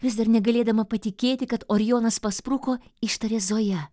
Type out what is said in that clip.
vis dar negalėdama patikėti kad orjonas paspruko ištarė zoja